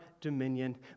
dominion